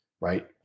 right